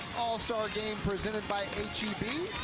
all-star game presented by h e b.